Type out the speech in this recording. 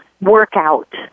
workout